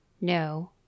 no